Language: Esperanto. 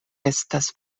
estas